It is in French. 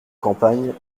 campagne